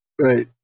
Right